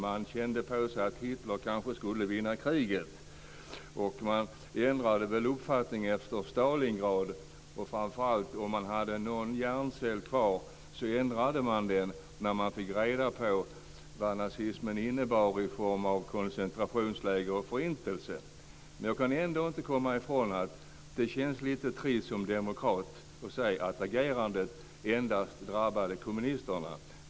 De kände på sig att Hitler kanske skulle vinna kriget. Man ändrade väl uppfattning efter Stalingrad. Om man hade någon hjärncell kvar ändrade man framför allt uppfattning när man fick reda på vad nazismen innebar i form av koncentrationsläger och förintelse. Jag kan ändå inte komma ifrån att det känns lite trist som demokrat att se att agerandet endast drabbade kommunisterna.